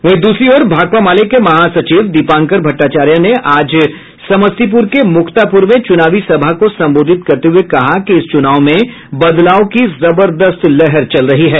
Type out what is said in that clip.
वहीं दूसरी ओर भाकपा माले के महासचिव दीपांकर भट्टाचार्य ने आज समस्तीपुर के मुक्तापुर में चुनावी सभा को संबोधित करते हुये कहा कि इस चुनाव में बदलाव की जबरदस्त लहर चल रही है